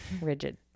rigid